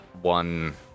one